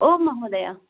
ओ महोदय